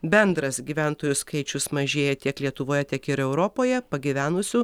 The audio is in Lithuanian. bendras gyventojų skaičius mažėja tiek lietuvoje tiek ir europoje pagyvenusių